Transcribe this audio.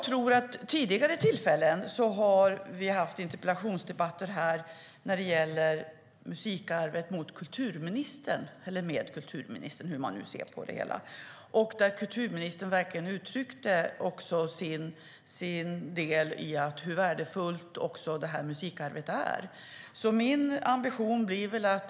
Vid tidigare tillfällen har vi haft interpellationsdebatter med kulturministern om musikarvet, och då har hon uttryckt hur värdefullt musikarvet är.